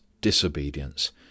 disobedience